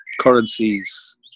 currencies